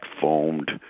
foamed